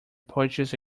purchase